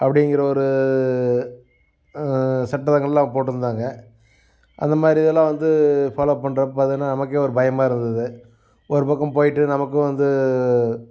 அப்படிங்குற ஒரு சட்டங்கள்லாம் போட்டிருந்தாங்க அந்தமாதிரி இதெல்லாம் வந்து ஃபாலோவ் பண்ணுறப்ப பார்த்திங்கன்னா நமக்கே ஒரு பயமாக இருந்தது ஒரு பக்கம் போய்ட்டு நமக்கும் வந்து